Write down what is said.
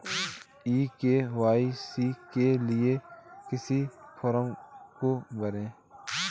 ई KYC के लिए किस फ्रॉम को भरें?